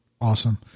Awesome